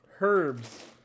Herbs